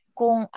kung